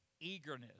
eagerness